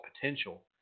potential